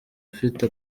ufite